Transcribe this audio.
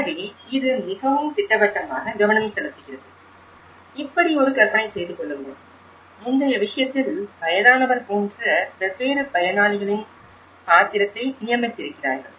எனவே இது மிகவும் திட்டவட்டமாக கவனம் செலுத்துகிறது இப்படியொரு கற்பனை செய்துகொள்ளுங்கள் முந்தைய விஷயத்தில் வயதானவர் போன்ற வெவ்வேறு பயனளிகளின் பாத்திரத்தை நியமித்திருக்கிறார்கள்